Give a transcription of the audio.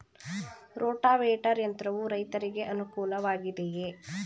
Rotavator ಯಂತ್ರವು ರೈತರಿಗೆ ಅನುಕೂಲ ವಾಗಿದೆಯೇ?